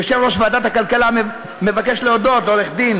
יושב-ראש ועדת הכלכלה מבקש להודות לעורך דין